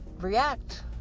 react